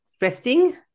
resting